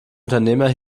unternehmer